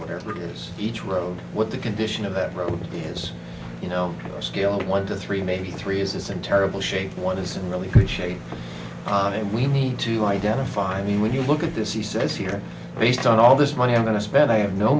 here it is each road what the condition of that road has you know a scale of one to three maybe three is in terrible shape one is in really good shape on it and we need to identify i mean when you look at this he says here based on all this money i'm going to spend i have no